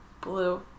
blue